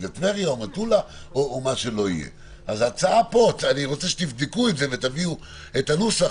אני רוצה שתבדקו את זה ושתביאו את הנוסח,